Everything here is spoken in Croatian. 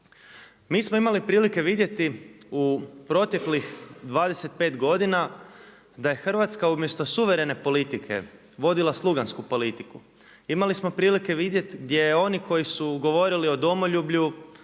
Mi smo imali prilike vidjeti u proteklih 25 godina da je Hrvatska umjesto suverene politike vodila slugansku politiku. Imali smo prilike vidjeti gdje oni koji su govorili o domoljublju